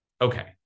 okay